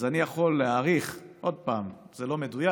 אז אני יכול להעריך, עוד פעם, זה לא מדויק,